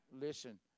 Listen